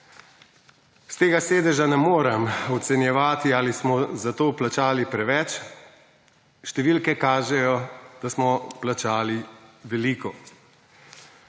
Iz tega sedeža ne morem ocenjevati ali smo za to plačali preveč. Številke kažejo, da smo plačali veliko.